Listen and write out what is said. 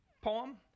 poem